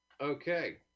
Okay